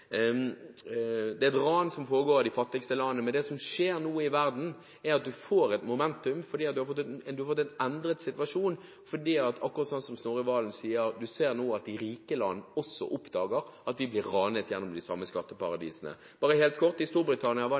Det er et ran som foregår av de fattigste landene, men det som skjer nå i verden, er at en får et momentum fordi en har fått en endret situasjon. Akkurat slik som Snorre Serigstad Valen sier: En ser nå at de rike landene også oppdager at de blir ranet gjennom de samme skatteparadisene. Bare helt kort: I Storbritannia var